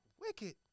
Wicked